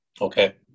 Okay